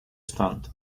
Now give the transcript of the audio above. stand